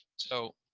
so,